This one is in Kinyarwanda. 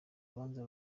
urubanza